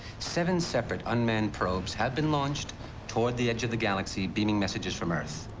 seven separate unmanned probes have been launched towards the edge of the galaxy beaming messages from earth.